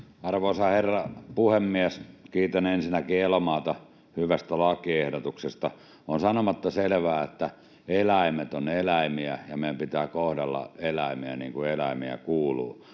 Arvoisa herra puhemies! Kiitän ensinnäkin Elomaata hyvästä lakiehdotuksesta. — On sanomatta selvää, että eläimet ovat eläimiä ja meidän pitää kohdella eläimiä niin kuin eläimiä kuuluu